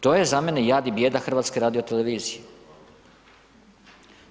To je za mene jad i bijeda HRT-a.